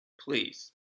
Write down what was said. Please